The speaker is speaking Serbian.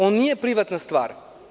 On nije privatna stvar.